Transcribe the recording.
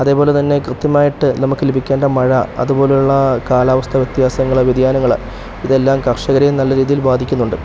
അതേപോലെ തന്നെ കൃത്യമായിട്ട് നമുക്ക് ലഭിക്കേണ്ട മഴ അതുപോലുള്ള കാലാവസ്ഥ വ്യത്യാസങ്ങൾ വ്യതിയാനങ്ങൾ ഇതെല്ലാം കർഷകരെയും നല്ല രീതിയിൽ ബാധിക്കുന്നുണ്ട്